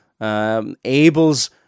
Abel's